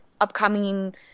upcoming